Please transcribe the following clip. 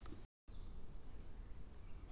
Soybean ಕೃಷಿಗೆ ನೀರು ಎಷ್ಟು ಬೇಕಾಗುತ್ತದೆ?